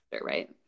right